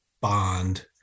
Bond